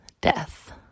death